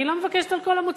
אני לא מבקשת על כל המוצרים.